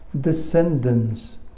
descendants